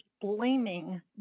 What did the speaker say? blaming